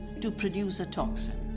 to produce a toxin.